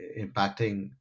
impacting